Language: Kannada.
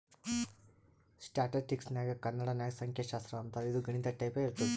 ಸ್ಟ್ಯಾಟಿಸ್ಟಿಕ್ಸ್ಗ ಕನ್ನಡ ನಾಗ್ ಸಂಖ್ಯಾಶಾಸ್ತ್ರ ಅಂತಾರ್ ಇದು ಗಣಿತ ಟೈಪೆ ಇರ್ತುದ್